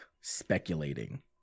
speculating